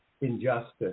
injustice